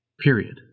Period